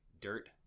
dirt